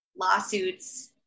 lawsuits